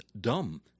dumb